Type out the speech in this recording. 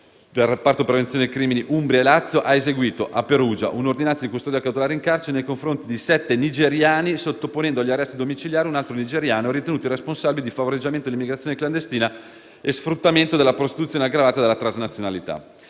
del reparto prevenzione crimine Umbria e Lazio, ha eseguito, a Perugia, un'ordinanza di custodia cautelare in carcere nei confronti di sette nigeriani, sottoponendo agli arresti domiciliari un altro nigeriano, ritenuti responsabili di favoreggiamento dell'immigrazione clandestina e sfruttamento della prostituzione aggravati dalla transnazionalità.